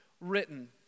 written